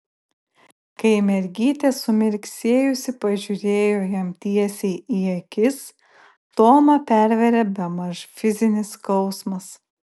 kai mergytė sumirksėjusi pažiūrėjo jam tiesiai į akis tomą pervėrė bemaž fizinis skausmas